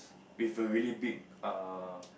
with a really big err